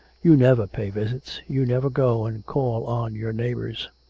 you never pay visits you never go and call on your neighbours